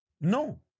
No